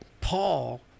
Paul